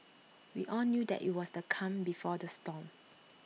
we all knew that IT was the calm before the storm